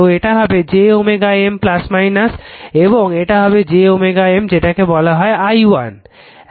তো এটা হবে j M এবং এটা হবে j M যেটাকে বলা হয় i1